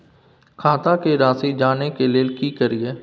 खाता के राशि जानय के लेल की करिए?